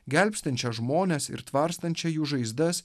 gelbstinčią žmones ir tvarstančią jų žaizdas